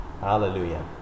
Hallelujah